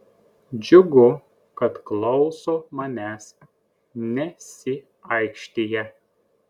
džiugu kad klauso manęs nesiaikštija